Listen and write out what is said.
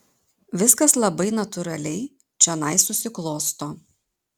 viskas labai natūraliai čionai susiklosto